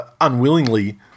unwillingly